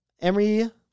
Emery